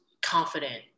confident